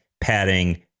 padding